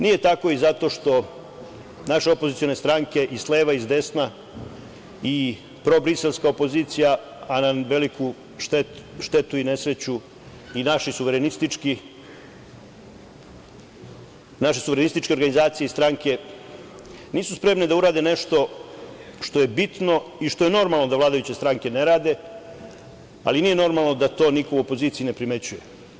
Nije tako i zato što naše opozicione stranke i s leva i s desna i probriselska opozicija, a na veliku štetu i nesreću i naše suverenističke organizacije i stranke nisu spremne da urade nešto što je bitno i što je normalno da vladajuće stranke ne rade, ali nije normalno da to niko u opoziciji ne primećuje.